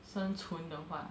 生存的话